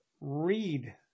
Read